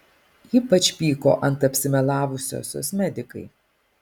ypač pyko ant apsimelavusiosios medikai